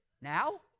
Now